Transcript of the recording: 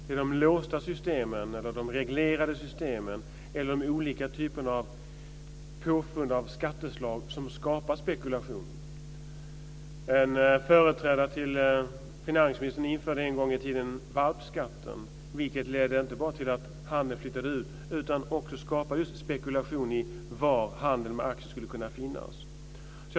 Det är de låsta systemen, de reglerade systemen eller de olika typerna av påfund av skatteslag som skapar spekulation. En företrädare till finansministern införde en gång i tiden valpskatten, vilket inte bara ledde till att handeln flyttade ut utan också skapade just spekulation i var handeln med aktier skulle kunna finnas.